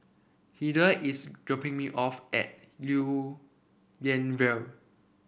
Hildur is dropping me off at Lew Lian Vale